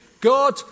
God